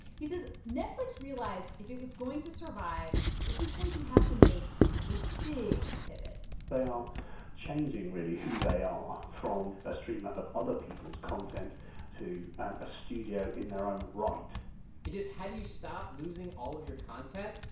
he says netflix realized if it was going to survive, it was going to have to make a big pivot they are changing, really, who they are from a streamer of other people's content to a studio in their own right because how do you stop losing all of your content?